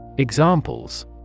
Examples